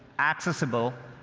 accessible,